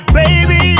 baby